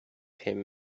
him